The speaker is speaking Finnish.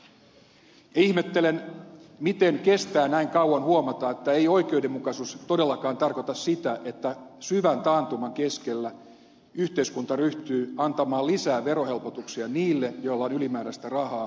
ja ihmettelen miten kestää näin kauan huomata että ei oikeudenmukaisuus todellakaan tarkoita sitä että syvän taantuman keskellä yhteiskunta ryhtyy antamaan lisää verohelpotuksia niille joilla on ylimääräistä rahaa sijoittamiseen